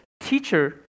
teacher